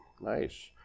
nice